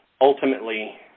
ultimately